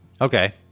Okay